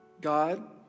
God